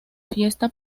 fiesta